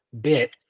bit